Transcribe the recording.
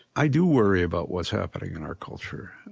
i do worry about what's happening in our culture.